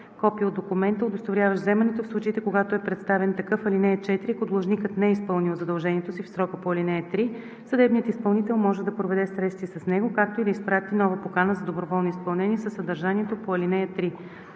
копие от документа, удостоверяващ вземането, в случаите, когато е представен такъв. (4) Ако длъжникът не е изпълнил задължението си в срока по ал. 3, съдебният изпълнител може да проведе срещи с него, както и да изпрати нова покана за доброволно изпълнение със съдържанието по ал. 3.